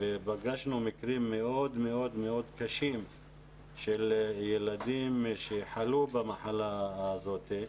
פגשנו מקרים מאוד מאוד מאוד קשים של ילדים שחלו במחלה הזאת,